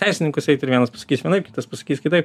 teisininkus eit ir vienas pasakys vienaip kitas pasakys kitaip